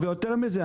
ויותר מזה,